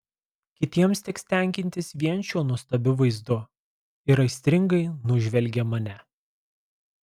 kitiems teks tenkintis vien šiuo nuostabiu vaizdu ir aistringai nužvelgia mane